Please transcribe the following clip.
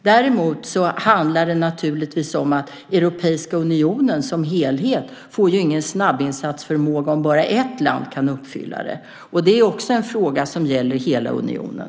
Däremot handlar det naturligtvis om att Europeiska unionen som helhet inte får någon snabbinsatsförmåga om bara ett land kan uppfylla kraven. Det är också en fråga som gäller hela unionen.